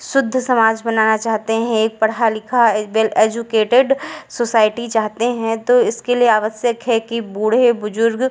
शुद्ध समाज बनाना चाहते हें एक पढ़ा लिखा बेल एजुकेटेड सोसाइटी चाहते हैं तो इसके लिए आवश्यक है कि बूढ़े बुजुर्ग